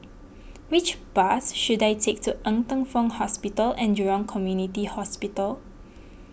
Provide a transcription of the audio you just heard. which bus should I take to Ng Teng Fong Hospital and Jurong Community Hospital